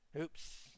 oops